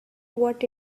what